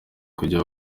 kujya